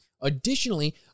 Additionally